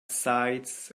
sights